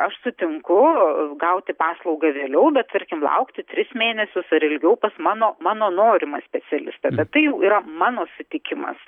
aš sutinku gauti paslaugą vėliau bet tarkim laukti tris mėnesius ar ilgiau pas mano mano norimą specialistą bet tai jau yra mano sutikimas